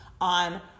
on